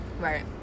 Right